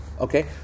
Okay